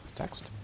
text